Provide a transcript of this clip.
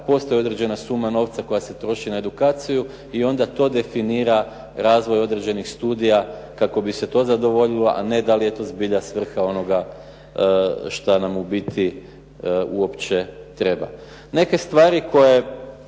postoji određena suma novca koja se troši na edukaciju i onda to definira razvoj određenih studija kako bi se to zadovoljilo, a ne da li je to zbilja svrha onoga šta nam u biti uopće treba. Neke stvari koje